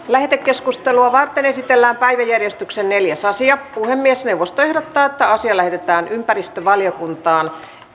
lähetekeskustelua varten esitellään päiväjärjestyksen neljäs asia puhemiesneuvosto ehdottaa että asia lähetetään ympäristövaliokuntaan